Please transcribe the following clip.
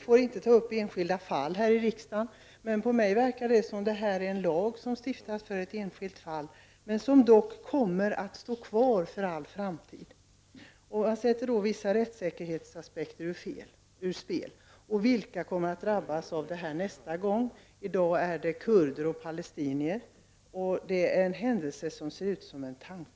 får inte ta upp enskilda fall här i riksdagen, men jag har intryck av att detta är en lag som stiftas för ett enskilt fall. Lagen kommer dock att stå kvar för all framtid och detta sätter vissa rättssäkerhetsaspekter ur spel. Vilka kommer att drabbas nästa gång? I dag är det kurder och palestinier. Detta är en händelse som ser ut som en tanke.